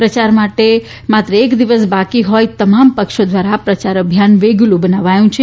પ્રયાર માટે માત્ર એક દિવસ બાકી હોઇ તમામ પક્ષો દ્વારા પ્રચાર અભિયાન વેગીલુ બનાવાયું છે